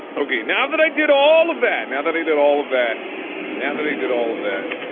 okay now that i did all of that now that he did all of that now that he did all of that